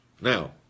Now